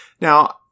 Now